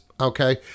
Okay